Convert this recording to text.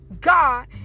God